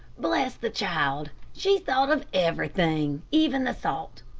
bless the child, she's thought of everything, even the salt.